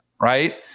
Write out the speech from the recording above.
right